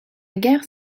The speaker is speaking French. gare